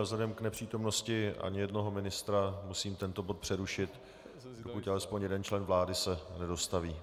Vzhledem k nepřítomnosti ani jednoho ministra musím tento bod přerušit dokud alespoň jeden člen vlády se nedostaví.